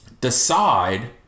decide